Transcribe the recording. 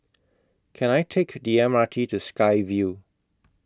Can I Take The M R T to Sky Vue